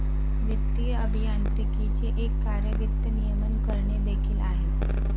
वित्तीय अभियांत्रिकीचे एक कार्य वित्त नियमन करणे देखील आहे